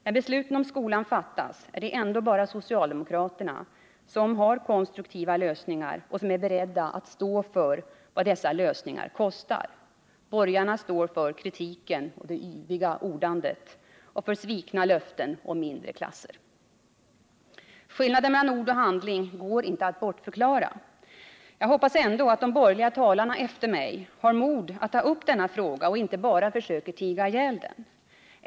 När besluten om skolan fattas är det ändå bara socialdemokraterna som har konstruktiva lösningar och som är beredda att stå för vad dessa lösningar kostar. Borgarna står för kritiken och det yviga ordandet och för svikna löften om mindre klasser. Skillnaden mellan ord och handling går inte att bortförklara. Jag hoppas ändå att de borgerliga talarna efter mig har mod att ta upp denna fråga och inte bara försöker tiga ihjäl den.